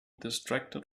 distracted